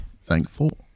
thankful